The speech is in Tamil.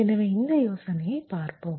எனவே இந்த யோசனையைப் பார்ப்போம்